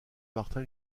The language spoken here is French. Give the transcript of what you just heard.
martin